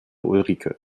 ulrike